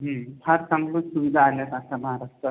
हा समृद सुविधा आल्यात अख्या महाराष्ट्रात